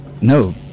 No